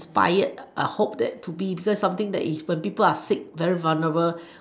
inspired I hope that to be because something that is when people are sick very vulnerable